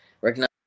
recognize